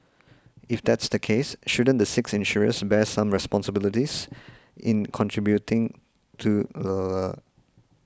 if that's the case shouldn't the six insurers bear some responsibility in contributing to the